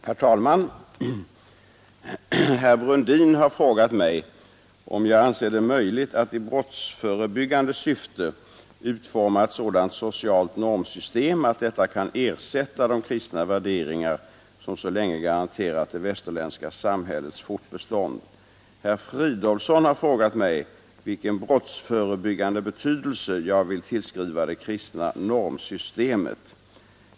Herr talman! Herr Brundin har frågat mig om jag anser det möjligt att i brottsförebyggande syfte utforma ett sådant socialt normsystem att detta kan ersätta de kristna värderingar som så länge garanterat det västerländska samhällets fortbestånd. Herr Fridolfsson i Stockholm har frågat mig vilken brottsförebyggande betydelse jag vill tillskriva det kristna normsystemet.